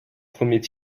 premiers